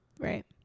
Right